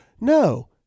No